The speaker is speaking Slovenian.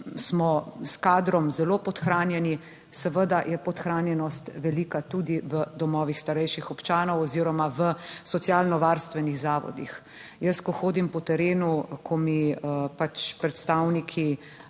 smo s kadrom zelo podhranjeni. Seveda je podhranjenost velika tudi v domovih starejših občanov oziroma v socialno varstvenih zavodih. Jaz, ko hodim po terenu, ko mi pač predstavniki